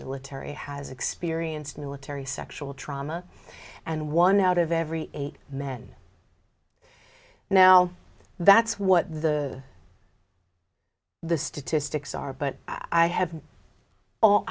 military has experienced military sexual trauma and one out of every eight men now that's what the the statistics are but i have all